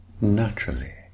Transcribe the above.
naturally